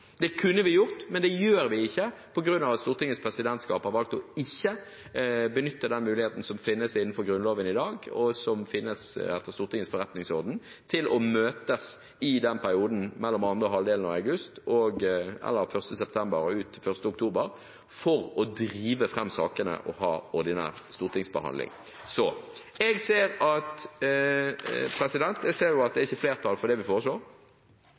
Det kunne vi gjort, men vi gjør det ikke, fordi Stortingets presidentskap har valgt ikke å benytte den muligheten som finnes i Grunnloven i dag, og som finnes i Stortingets forretningsorden, til å møtes i den perioden mellom andre halvdel av august – eller fra 1. september – og ut til 1. oktober for å drive fram sakene og ha ordinær stortingsbehandling. Jeg ser jo at det ikke er flertall for det vi